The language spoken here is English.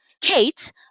Kate